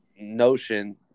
notion